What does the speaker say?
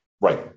Right